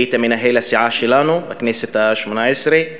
היית מנהל הסיעה שלנו בכנסת השמונה-עשרה,